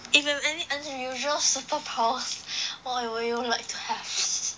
if you have any unusual superpowers what would you like to have